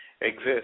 exist